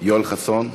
יואל חסון,